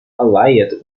allied